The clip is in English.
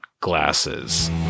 glasses